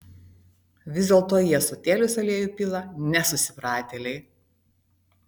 vis dėlto į ąsotėlius aliejų pila nesusipratėliai